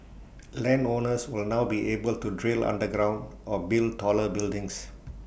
land owners will now be able to drill underground or build taller buildings